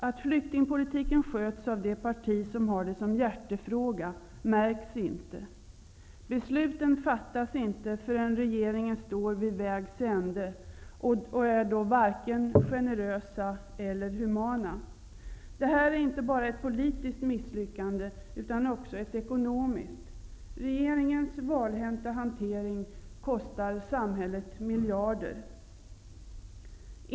Att flyktingpolitiken handhas av det parti som har denna som hjärtefråga märks inte. Besluten fattas inte förrän regeringen står vid vägs ände, och man är då varken generös eller human. Det här är inte bara ett politiskt misslyckande, utan också ett ekonomiskt. Regeringens valhänta hantering kostar samhället miljarder.